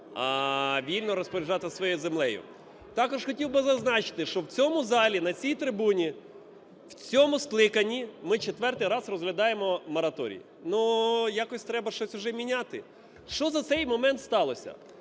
вільно розпоряджатися своєю землею. Також хотів би зазначити, що в цьому залі на цій трибуні в цьому скликанні ми четвертий раз розглядаємо мораторій. Ну, якось треба щось уже міняти. Що за цей момент сталося?